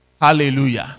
Hallelujah